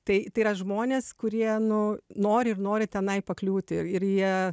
tai tai yra žmonės kurie nu nori ir nori tenai pakliūti ir ir jie